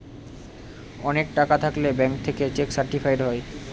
অনেক টাকা থাকলে ব্যাঙ্ক থেকে চেক সার্টিফাইড হয়